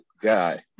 guy